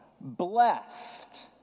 blessed